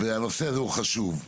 הנושא הזה חשוב.